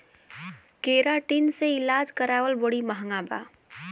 keratin से इलाज करावल बड़ी महँगा बा